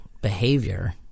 behavior